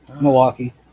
Milwaukee